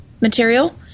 material